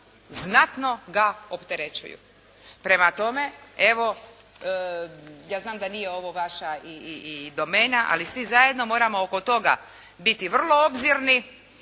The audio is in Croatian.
znatno ga opterećuju. Prema tome, evo ja znam da nije ovo vaša i domena ali svi zajedno moramo oko toga biti vrlo obzirni